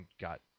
got